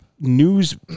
news